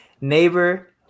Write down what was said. neighbor